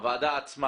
הוועדה עצמה